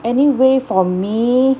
anyway for me